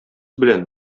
белән